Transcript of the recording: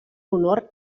honor